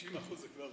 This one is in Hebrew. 50% זה כבר טוב.